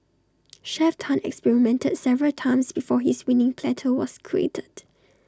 Chef Tan experimented several times before his winning platter was created